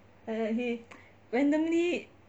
like like he randomly